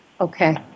Okay